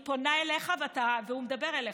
אני פונה אליך והוא מדבר אליך.